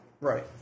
Right